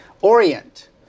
Orient